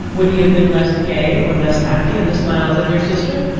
would he have been less gay or less happy in the smiles of your sister?